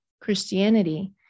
Christianity